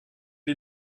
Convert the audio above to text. est